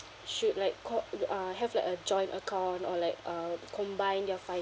should like called ugh uh have like a joint account or like uh combine their fi~